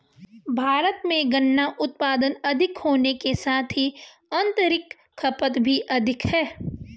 भारत में गन्ना उत्पादन अधिक होने के साथ ही आतंरिक खपत भी अधिक है